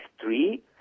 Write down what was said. three